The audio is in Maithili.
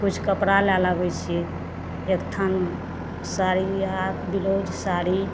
किछु कपड़ा लए लाबैत छियै एक थान साड़ी या ब्लाउज साड़ी